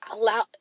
allow